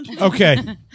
Okay